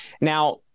Now